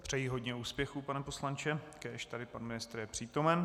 Přeji hodně úspěchů, pane poslanče, kéž tady pan ministr je přítomen.